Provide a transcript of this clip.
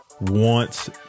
wants